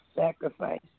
Sacrifice